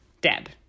Dead